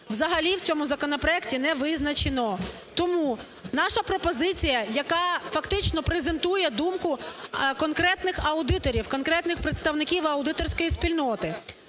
взагалі в цьому законопроекті не визначено. Тому наша пропозиція, яка фактично презентує думку конкретних аудиторів, конкретних представників аудиторської спільноти: